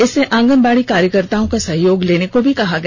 इसमें आंगनवाडी कार्यकर्ताओं का सहयोग लेने को भी गया गया